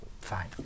Fine